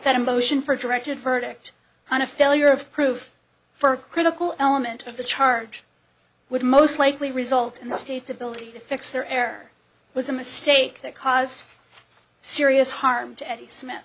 that a motion for directed verdict on a failure of proof for a critical element of the charge would most likely result in the state's ability to fix their error was a mistake that caused serious harm to the smith